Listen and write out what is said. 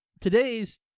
today's